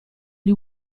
gli